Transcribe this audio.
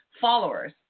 followers